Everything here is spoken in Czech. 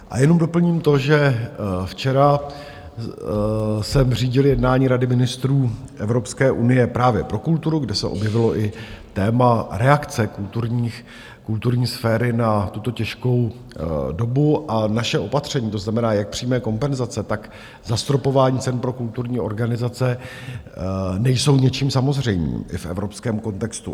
A jenom doplním to, že včera jsem řídil jednání Rady ministrů Evropské unie právě pro kulturu, kde se objevilo i téma reakce kulturní sféry na tuto těžkou dobu, a naše opatření, to znamená jak přímé kompenzace, tak zastropování cen pro kulturní organizace, nejsou ničím samozřejmým i v evropském kontextu.